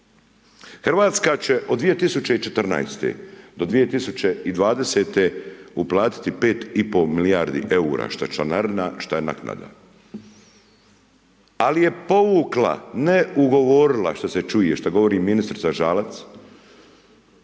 Hrvatska će od 2014. do 2020. uplatiti 5,5 milijardi eura, što članarina, što naknada. Ali je povukla, ne ugovorila što se čuje, što govori ministrica Žalac